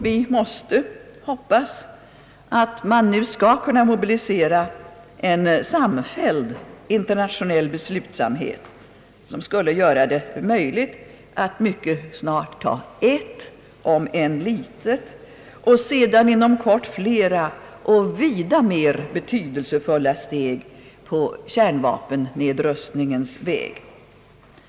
Vi måste hoppas att man nu skall kunna mobilisera en samfälld internationell beslutsamhet, som skulle göra det möjligt att mycket snart ta ett, om än litet, och sedan inom kort flera och vida mer betydelsefulla steg på kärnvapennedrustningens väg.